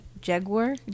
Jaguar